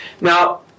Now